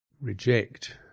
reject